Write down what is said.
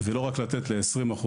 ולא לתת רק ל-20%.